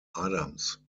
adams